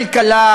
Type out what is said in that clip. כלכלה,